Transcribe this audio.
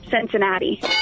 Cincinnati